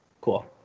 cool